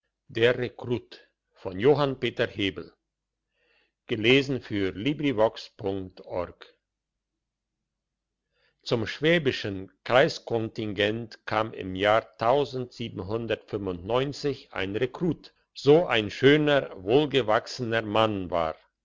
der rekrut zum schwäbischen kreiskontingent kam im jahr ein rekrut so ein schöner wohlgewachsener mann war